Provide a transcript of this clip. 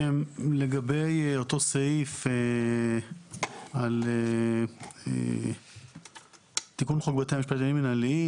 לגבי אותו סעיף על תיקון חוק בתי המשפט לעניינים מינהליים,